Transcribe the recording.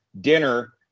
dinner